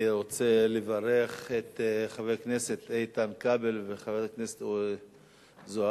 אני רוצה לברך את חבר הכנסת איתן כבל וחברת הכנסת זוארץ